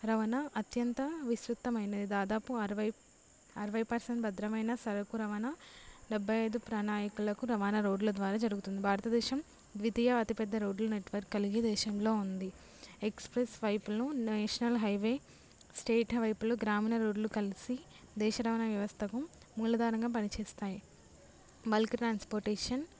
రవాణా అత్యంత విస్తృతమైనది దాదాపు అరవై అరవై పర్సెంట్ భద్రమైన సరుకు రవాణా డెబ్భై ఐదు ప్రయాణికులకు రవాణా రోడ్ల ద్వారా జరుగుతుంది భారతదేశం ద్వితీయ అతిపెద్ద రోడ్లు నెట్వర్క్ కలిగి దేశంలో ఉంది ఎక్స్ప్రెస్ వైపున నేషనల్ హైవే స్టేట్ వైపున గ్రామీణ రోడ్లు కలిసి దేశ రవాణా వ్యవస్థకు మూలాధారంగా పనిచేస్తాయి బల్క్ ట్రాన్స్పోర్టేషన్